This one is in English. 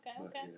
Okay